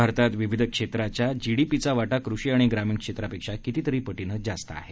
भारतात विविध क्षेत्राच्या जीडीपीचा वाटा कृषी आणि ग्रामीण क्षेत्रापेक्षा कितीतरी पटीने जास्त आहे